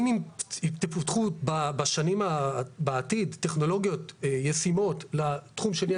אם יתפתחו בעתיד טכנולוגיות ישימות לתחום שלי,